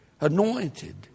anointed